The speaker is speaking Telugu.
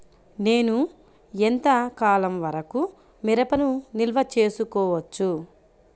నేను ఎంత కాలం వరకు మిరపను నిల్వ చేసుకోవచ్చు?